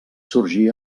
sorgí